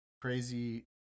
crazy